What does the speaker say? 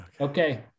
Okay